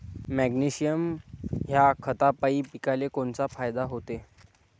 Magnesium ह्या खतापायी पिकाले कोनचा फायदा होते?